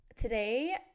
today